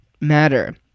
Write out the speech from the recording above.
matter